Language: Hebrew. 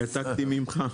העתקתי ממך.